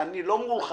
אני לא מולך.